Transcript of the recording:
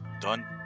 Done